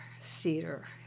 cedar